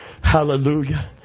Hallelujah